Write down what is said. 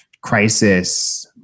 crisis